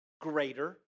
greater